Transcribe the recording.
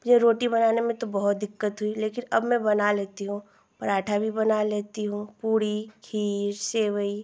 मुझे रोटी बनाने में तो बहुत दिक्कत हुई लेकिन अब मैं बना लेती हूँ पराठा भी बना लेती हूँ पूड़ी खीर सेवई